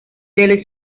del